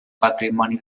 patrimoni